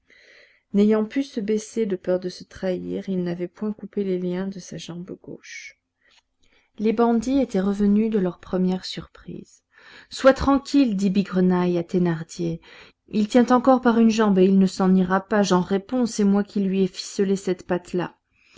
n'ayant pu se baisser de peur de se trahir il n'avait point coupé les liens de sa jambe gauche les bandits étaient revenus de leur première surprise sois tranquille dit bigrenaille à thénardier il tient encore par une jambe et il ne s'en ira pas j'en réponds c'est moi qui lui ai ficelé cette patte là